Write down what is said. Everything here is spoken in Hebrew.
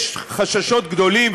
יש חששות גדולים,